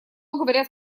говорят